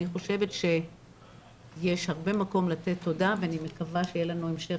אני חושבת שיש הרבה מקום לתת תודה ואני מקווה שיהיה לנו המשך